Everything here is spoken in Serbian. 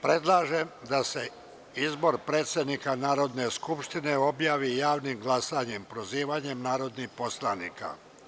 Predlažem da se izbor predsednika Narodne skupštine objavi javnim glasanjem, prozivanjem narodnih poslanika.